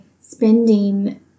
spending